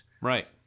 Right